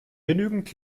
genügend